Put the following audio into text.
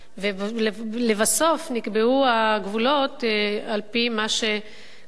ולבסוף נקבעו הגבולות על-פי מה שקרה